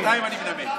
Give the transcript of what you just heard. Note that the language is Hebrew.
שניים אני מנמק.